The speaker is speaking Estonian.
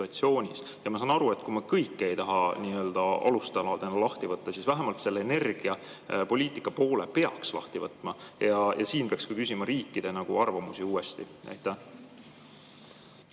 situatsioonis. Ma saan aru, et kui me kõike ei taha nii-öelda alustaladeni lahti võtta, siis vähemalt selle energiapoliitika poole peaks lahti võtma ja siin peaks ka küsima riikide arvamusi uuesti. Aitäh!